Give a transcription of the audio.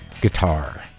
guitar